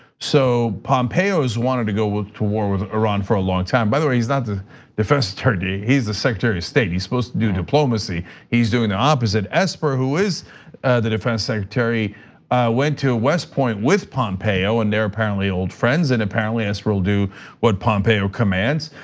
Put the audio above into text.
so pompeyo is wanting to go to war with iran for a long time. by the way, he's not the defense attorney he's the secretary of state he's supposed to do diplomacy he's doing the opposite esper. who is the defense secretary went to westpoint with pompeo, and they're apparently old friends, and apparently esper will do what pompeo commands.